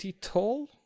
tall